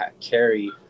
carry